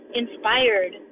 inspired